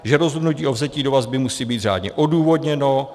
Že rozhodnutí o vzetí do vazby musí být řádně odůvodněno.